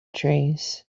trees